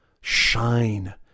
shine